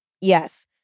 Yes